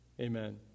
amen